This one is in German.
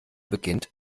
beginnt